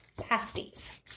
pasties